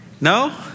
No